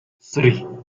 three